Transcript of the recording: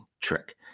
trick